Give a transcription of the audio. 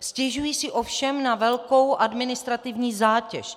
Stěžují si ovšem na velkou administrativní zátěž.